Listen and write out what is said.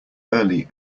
early